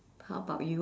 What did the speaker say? how about you